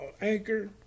Anchor